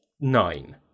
nine